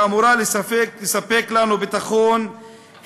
שאמורה לספק לנו ביטחון,